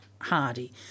hardy